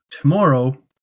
Tomorrow